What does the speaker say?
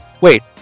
wait